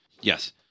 Yes